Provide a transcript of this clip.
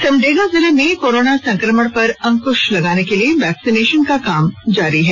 सिमडेगा जिले में कोरोना संकमण पर अंक्श लगाने के लिए वैक्सीनेशन का काम जारी है